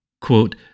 Quote